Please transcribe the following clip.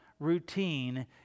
Routine